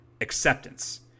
acceptance